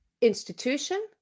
institution